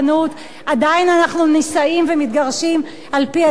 עדיין אנחנו נישאים ומתגרשים על-פי הדין הדתי.